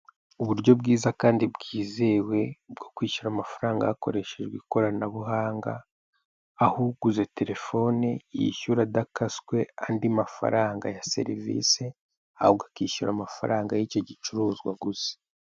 Uburyo bwiza kandi bwizewe bwo kwishyura amafaranga hakoreshejwe ikoranabuhanga, aho uguze telefone yishyura adakaswe andi mafaranga ya serivisi ahubwo akishyura amafaranga y'icyo gicuruzwa aguze.